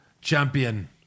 champion